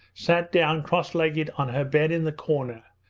sat down cross-legged on her bed in the corner,